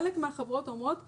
חלק מהחברות אומרות --- רגע.